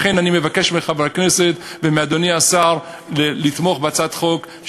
לכן אני מבקש מחברי הכנסת ומאדוני השר לתמוך בהצעת החוק,